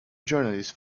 journalist